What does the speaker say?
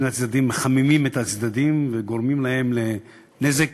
עורכי-הדין של שני הצדדים מחממים את הצדדים וגורמים להם נזק